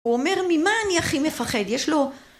הוא אומר, ממה אני הכי מפחד? יש לו...